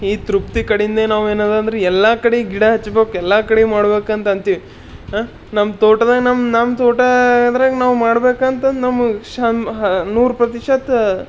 ಈ ತೃಪ್ತಿ ಕಡೆಯಿಂದ ನಾವು ಏನದಂದ್ರಿ ಎಲ್ಲ ಕಡೆ ಗಿಡ ಹಚ್ಬೇಕು ಎಲ್ಲ ಕಡೆ ಮಾಡ್ಬೇಕಂತಂತೀವಿ ನಮ್ಮ ತೋಟದಾಗ ನಮ್ಮ ನಮ್ಮ ತೋಟ ಅದ್ರಾಗ ನಾವು ಮಾಡ್ಬೇಕಂತಿದ್ದು ನಮ್ಮ ಹುಶ್ ನೂರು ಪ್ರತಿಷತ